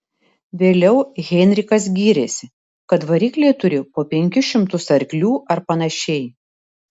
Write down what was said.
vėliau heinrichas gyrėsi kad varikliai turi po penkis šimtus arklių ar panašiai